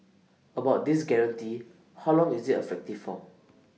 about this guarantee how long is IT effective for